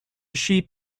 sheep